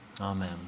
amen